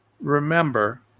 remember